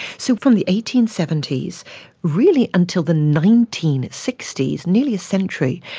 so from the eighteen seventy s really until the nineteen sixty s, nearly a century,